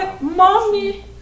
Mommy